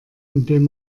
indem